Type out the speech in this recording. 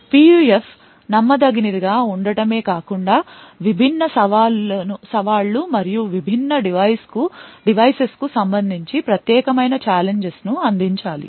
PUF నమ్మదగినదిగా ఉండటమే కాకుండా విభిన్న సవాళ్లు మరియు విభిన్న devices కు సంబంధించి ప్రత్యేకమైన challenges ను అందించాలి